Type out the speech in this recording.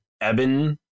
Eben